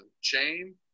chain